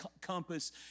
compass